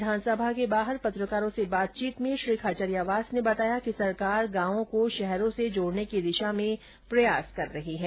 विधानसभा के बाहर पत्रकारों से बातचीत में श्री खाचरियावास ने बताया कि सरकार गावों को शहरों से जोड़ने की दिशा में प्रयास कर रही है